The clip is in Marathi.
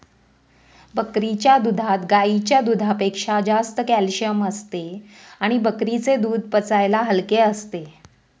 बकरीच्या दुधात गाईच्या दुधापेक्षा जास्त कॅल्शिअम असते आणि बकरीचे दूध पचायला हलके असते